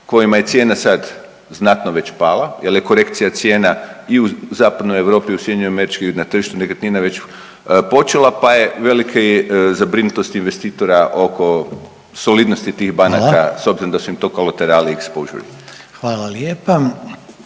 kojima je cijena sad znatno već pala jer je korekcija cijena i u Zapadnoj Europi u SAD-u na tržištu nekretnina već počela pa je velika zabrinutost investitora oko solidnosti tih banaka …/Upadica: Hvala./… s obzirom da su im to koletarali …/Govornik se ne